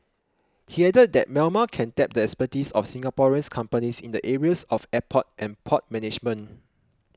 he added that Myanmar can tap the expertise of Singaporean companies in the areas of airport and port management